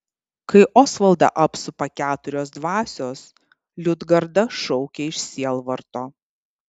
kai osvaldą apsupa keturios dvasios liudgarda šaukia iš sielvarto